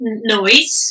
Noise